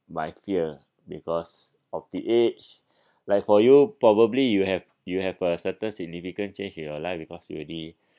my fear because of the age like for you probably you have you have a certain significant change in your life because you already